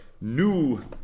new